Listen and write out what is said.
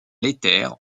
l’éther